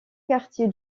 quartier